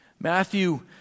Matthew